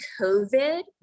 COVID